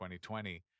2020